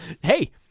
Hey